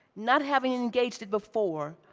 not having engaged it before,